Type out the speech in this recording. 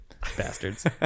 Bastards